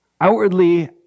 Outwardly